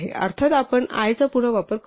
अर्थात आपण i चा पुन्हा वापर करू शकतो